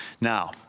Now